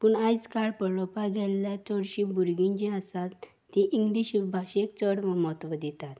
पूण आयज काळ पळोवपाक गेल्यार चडशीं भुरगीं जीं आसात तीं इंग्लीश भाशेक चड म्हत्व दितात